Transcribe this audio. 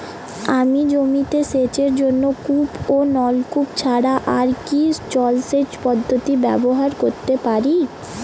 আমি জমিতে সেচের জন্য কূপ ও নলকূপ ছাড়া আর কি জলসেচ পদ্ধতি ব্যবহার করতে পারি?